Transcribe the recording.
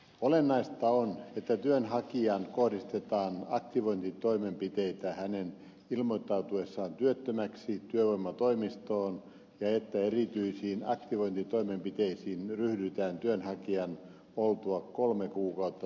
olennaista on että työnhakijaan kohdistetaan aktivointitoimenpiteitä hänen ilmoittautuessaan työttömäksi työvoimatoimistoon ja että erityisiin aktivointitoimenpiteisiin ryhdytään työnhakijan oltua kolme kuukautta työttömänä